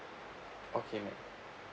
okay ma'am